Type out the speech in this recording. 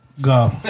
Go